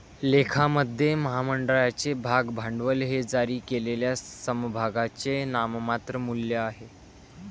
लेखामध्ये, महामंडळाचे भाग भांडवल हे जारी केलेल्या समभागांचे नाममात्र मूल्य आहे